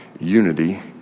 unity